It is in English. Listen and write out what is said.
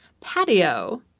patio